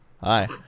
hi